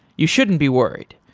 you shouldn't be worried.